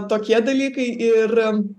tokie dalykai ir